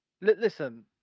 Listen